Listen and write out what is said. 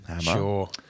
Sure